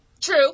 True